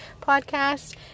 podcast